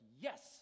yes